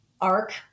arc